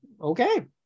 Okay